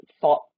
thought